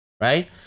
right